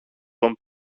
τον